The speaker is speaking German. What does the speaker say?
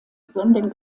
sondern